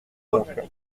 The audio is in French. donc